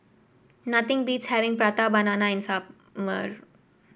nothing beats having Prata Banana in